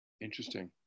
Interesting